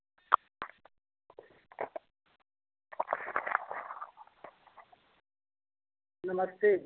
नमस्ते